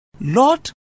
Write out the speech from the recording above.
Lord